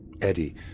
Eddie